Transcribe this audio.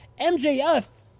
MJF